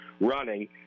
running –